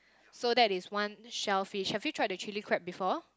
so that is one shellfish have you tried the chilli crab before